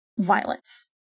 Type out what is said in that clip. violence